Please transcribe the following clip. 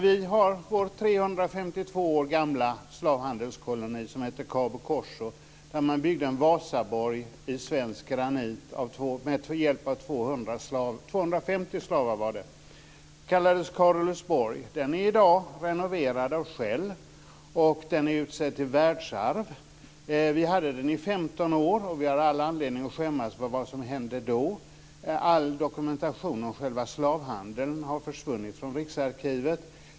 Vi har vår 352 år gamla slavhandelskoloni som hette Cabo Corso där man byggde en vasaborg i svensk granit med hjälp 250 slavar. Den kallades Carolusborg. Den är i dag renoverad av Shell och utsedd till världsarv. Vi hade den i 15 år, och vi har all anledning att skämmas för vad som hände då. All dokumentation om själva slavhandeln har försvunnit från Riksarkivet.